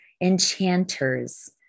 enchanters